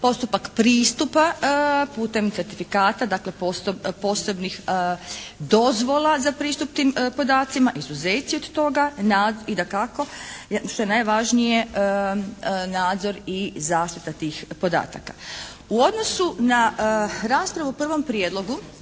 Postupak pristupa putem certifikata dakle posebnih dozvola za pristup tim podacima, izuzeci od toga. I dakako što je najvažnije nadzor i zaštita tih podataka. U odnosu na raspravu u prvom prijedlogu